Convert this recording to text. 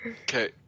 Okay